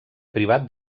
privat